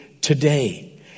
today